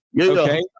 okay